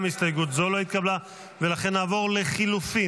גם הסתייגות זו לא התקבלה, ולכן נעבור לחלופין.